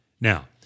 Now